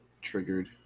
Triggered